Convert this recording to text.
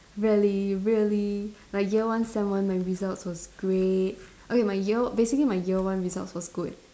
really really like year one sem one my results was great okay my year basically my year one results was good